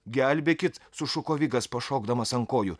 gelbėkit sušuko vigas pašokdamas ant kojų